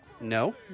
No